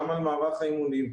גם על מערך האימונים,